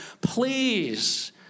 please